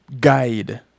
guide